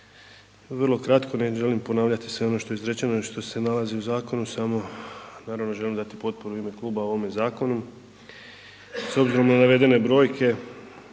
vrlo kratko ne želim ponavljati sve ono što je izrečeno i što se nalazi u zakonu samo naravno želim dati potporu u ime kluba ovome zakonu. S obzirom na navedene brojke